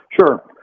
Sure